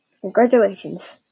Congratulations